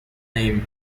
name